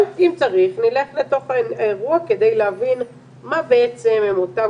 אבל אם צריך נלך לתוך האירוע כדי להבין מה בעצם הם אותם